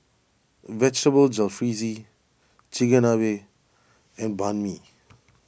Vegetable Jalfrezi Chigenabe and Banh Mi